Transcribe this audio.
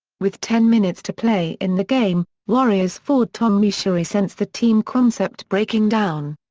with ten minutes to play in the game, warriors forward tom meschery sensed the team concept breaking down.